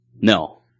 no